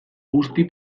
guzti